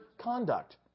conduct